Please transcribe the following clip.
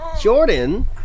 Jordan